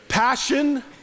Passion